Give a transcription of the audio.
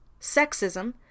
sexism